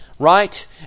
right